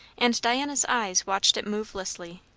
and diana's eyes watched it movelessly,